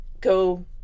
go